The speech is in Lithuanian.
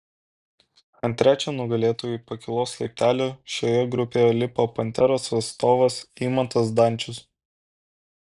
ant trečio nugalėtojų pakylos laiptelio šioje grupėje lipo panteros atstovas eimantas zdančius